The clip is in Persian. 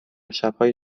شبهای